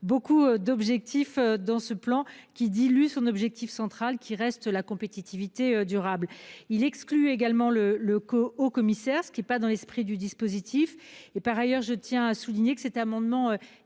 beaucoup d'objectif dans ce plan qui dilue son objectif central qui reste la compétitivité durable il exclut également le le co-au commissaire, ce qui est pas dans l'esprit du dispositif et par ailleurs, je tiens à souligner que cet amendement